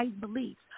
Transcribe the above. beliefs